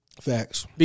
Facts